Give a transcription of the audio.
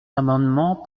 amendements